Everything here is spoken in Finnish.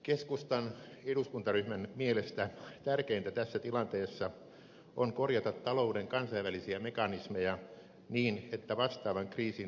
keskustan eduskuntaryhmän mielestä tärkeintä tässä tilanteessa on korjata talouden kansainvälisiä mekanismeja niin että vastaavan kriisin toistuminen estetään